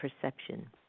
Perception